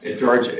George